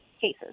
cases